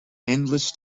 endless